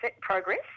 progress